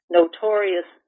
notorious